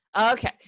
Okay